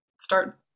start